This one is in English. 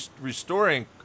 restoring